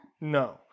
No